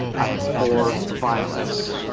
i abhor violence.